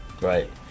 right